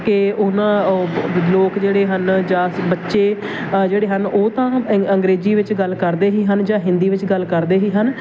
ਕਿ ਉਹਨਾਂ ਉਹ ਲੋਕ ਜਿਹੜੇ ਹਨ ਜਾਂ ਸ ਬੱਚੇ ਜਿਹੜੇ ਹਨ ਉਹ ਤਾਂ ਅੰ ਅੰਗਰੇਜ਼ੀ ਵਿੱਚ ਗੱਲ ਕਰਦੇ ਹੀ ਹਨ ਜਾਂ ਹਿੰਦੀ ਵਿੱਚ ਗੱਲ ਕਰਦੇ ਹੀ ਹਨ